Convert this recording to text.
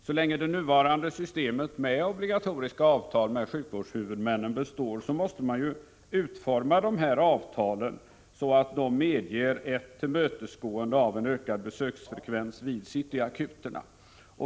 Så länge det nuvarande systemet med obligatoriska avtal med sjukvårdshuvudmännen består måste avtalen utformas så att de medger ett tillmötesgående av en ökad besöksfrekvens vid City-akuterna.